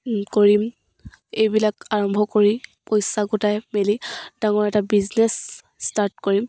কৰিম এইবিলাক আৰম্ভ কৰি পইচা গোটাই মেলি ডাঙৰ এটা বিজনেছ ষ্টাৰ্ট কৰিম